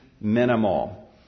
minimal